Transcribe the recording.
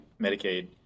Medicaid